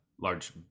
large